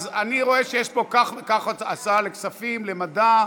אז אני רואה שיש פה הצעה לכספים, למדע.